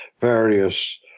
various